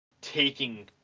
taking